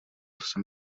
jsem